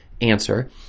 answer